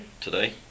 Today